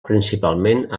principalment